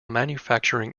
manufacturing